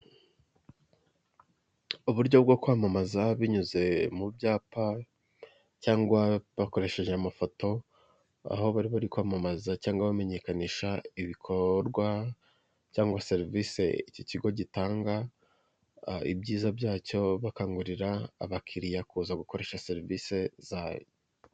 Uburyo bwo kwamamaza binyuze mu byapa cyangwa bakoresheje amafoto aho bari bari kwamamaza cyangwa bamenyekanisha ibikorwa cyangwa serivisi iki kigo gitanga, ibyiza byacyo bakangurira abakiriya kuza gukoresha serivisi zayo.